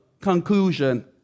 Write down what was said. conclusion